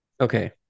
Okay